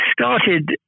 started